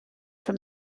from